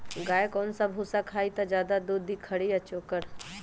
गाय कौन सा भूसा खाई त ज्यादा दूध दी खरी या चोकर?